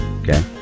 Okay